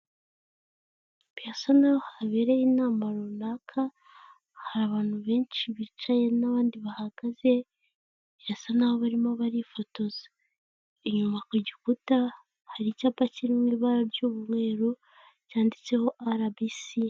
Birasa naho habereye inama runaka, hari abantu benshi bicaye n'abandi bahagaze, birasa naho barimo barifotoza. Inyuma ku gikuta hari icyapa kiri mu ibara ry'umweru cyanditseho rbc.